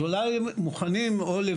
אולי מוכנים או לא,